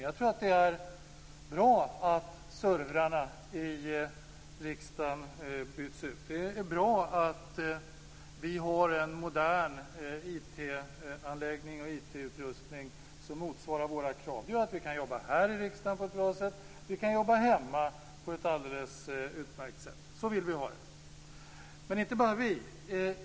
Jag tror att det är bra att servrarna i riksdagen byts ut. Det är bra att vi har en modern IT-utrustning som motsvarar våra krav. Det gör att vi kan jobba här i riksdagen på ett bra sätt. Vi kan jobba hemma på ett alldeles utmärkt sätt. Så vill vi har det. Men inte bara vi.